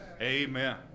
Amen